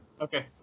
okay